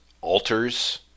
altars